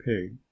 Pig